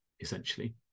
essentially